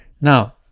now